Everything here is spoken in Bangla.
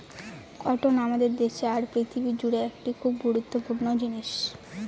কটন আমাদের দেশে আর পৃথিবী জুড়ে একটি খুব গুরুত্বপূর্ণ জিনিস